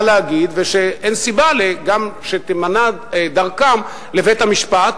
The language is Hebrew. להגיד וגם אין סיבה שתימנע דרכם לבית-המשפט,